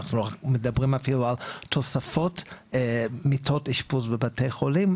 אנחנו מדברים אפילו על תוספות מיטות אשפוז בבתי חולים,